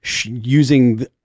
using